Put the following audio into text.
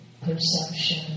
perception